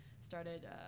started